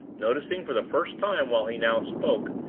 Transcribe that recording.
noticing, for the first time while he now spoke,